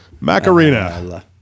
Macarena